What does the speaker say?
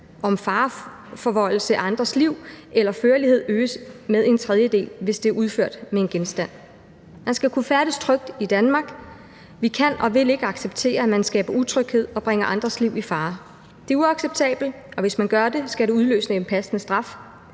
om fareforvoldelse af andres liv eller førlighed øges med en tredjedel, hvis det er udført med en genstand. Man skal kunne færdes trygt i Danmark. Vi kan og vil ikke acceptere, at man skaber utryghed og bringer andres liv i fare. Det er uacceptabelt, og hvis man gør det, skal det udløse en passende straf.